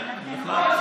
כן, נחמד.